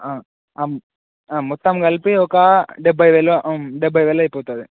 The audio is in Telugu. మొత్తం కలిపి ఒక డెబ్భై వేలు డెబ్భై వేలు అయిపోతుంది